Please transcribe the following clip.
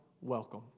welcome